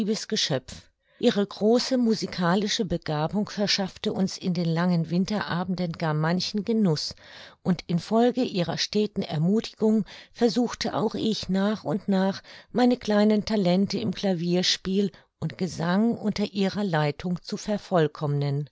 geschöpf ihre große musikalische begabung verschaffte uns in den langen winterabenden gar manchen genuß und in folge ihrer steten ermuthigung versuchte auch ich nach und nach meine kleinen talente im klavierspiel und gesang unter ihrer leitung zu vervollkommnen